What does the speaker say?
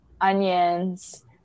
onions